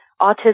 Autism